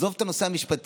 עזוב את הנושא המשפטי,